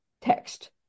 text